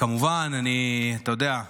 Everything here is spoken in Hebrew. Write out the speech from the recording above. כמובן, אתה יודע,